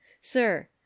sir